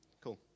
Cool